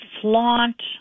flaunt